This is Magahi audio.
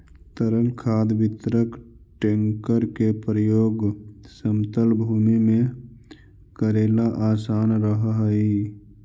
तरल खाद वितरक टेंकर के प्रयोग समतल भूमि में कऽरेला असान रहऽ हई